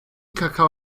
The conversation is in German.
kakao